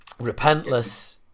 repentless